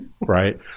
right